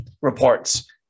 reports